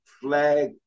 flag